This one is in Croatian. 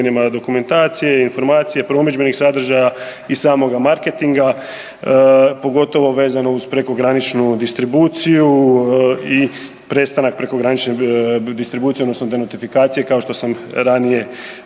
dokumentacije, informacije promidžbenih sadržaja i samoga marketinga, pogotovo vezano uz prekograničnu distribuciju i prestanak prekogranične distribucije odnosno .../Govornik se ne razumije./... kao što sam ranije